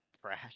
trash